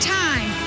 time